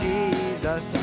Jesus